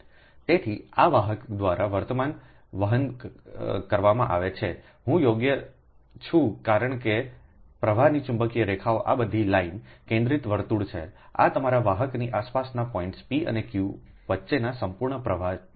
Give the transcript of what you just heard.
તેથી આ વાહક દ્વારા વર્તમાન વહન કરવામાં આવે છે તે હું યોગ્ય છું કારણ કે પ્રવાહની ચુંબકીય રેખાઓ આ બધી લાઇન કેન્દ્રિત સમય 24 12 કેન્દ્રિત વર્તુળ છે આ તમારા વાહકની આસપાસના પોઇન્ટ્સ p અને q વચ્ચેના સંપૂર્ણ પ્રવાહને કહે છે